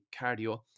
cardio